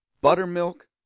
buttermilk